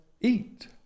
eat